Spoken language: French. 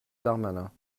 darmanin